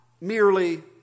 merely